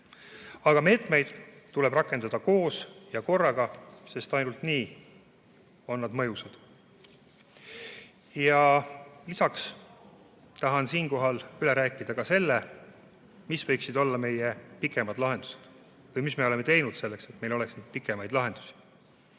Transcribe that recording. Meetmeid tuleb aga rakendada koos ja korraga, sest ainult nii on nad mõjusad. Lisaks tahan siinkohal üle rääkida selle, mis võiksid olla meie pikemad lahendused või mis me oleme teinud selleks, et meil oleks pikemaid lahendusi.